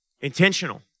Intentional